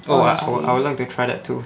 oh I I would like to try to to